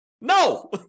No